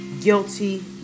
guilty